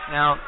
Now